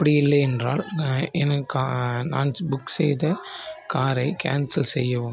அப்படி இல்லையென்றால் எனது கா நான் புக் செய்த காரை கேன்சல் செய்யவும்